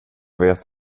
vet